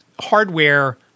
Hardware